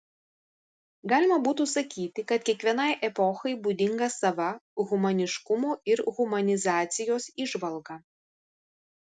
galima būtų sakyti kad kiekvienai epochai būdinga sava humaniškumo ir humanizacijos įžvalga